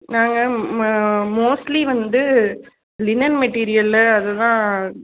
நாங்கள் மோஸ்ட்லி வந்து linen material அது தான்